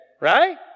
Right